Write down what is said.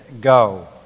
go